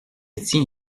tien